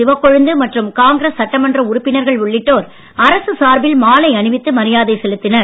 சிவக் கொழுந்து மற்றும் காங்கிரஸ் சட்டமன்ற உறுப்பினர்கள் உள்ளிட்டோர் அரசு சார்பில் மாலை அணிவித்து மரியாதை செலுத்தினர்